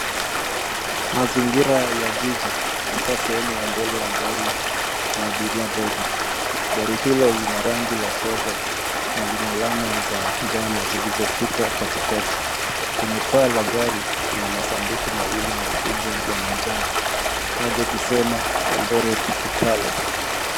Mazingira ya jiji hasa sehemu ya mbele ya gari la abiria dogo. Gari hilo lina rangi la fedha na vina alama za njano zilizopita katikati. Kwenye paa la gari, kuna masanduku mawili makubwa ya manjano moja ikisema Eldoret, Kitale.